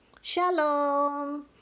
Shalom